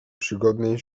przygodnej